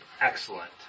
Excellent